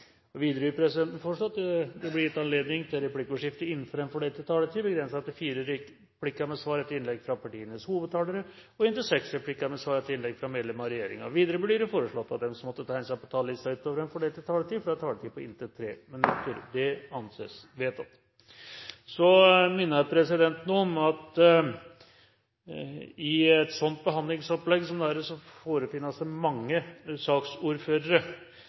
Videre vil presidenten foreslå at det blir gitt anledning til replikkordskifte på inntil fire replikker med svar etter innlegg fra partienes hovedtalere og inntil seks replikker med svar etter innlegg fra medlem av regjeringen innenfor den fordelte taletid. Videre vil presidenten foreslå at den som måtte tegne seg på talerlisten utover den fordelte taletid, får en taletid på inntil 3 minutter. – Det anses vedtatt. Så minner presidenten om at det i et behandlingsopplegg som dette forefinnes mange saksordførere,